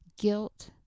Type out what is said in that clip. guilt